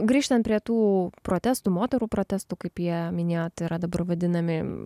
grįžtant prie tų protestų moterų protestų kaip jie minėjo tai yra dabar vadinami